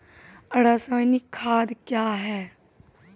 रसायनिक खाद कया हैं?